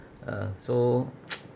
ah so